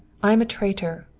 i am a traitor.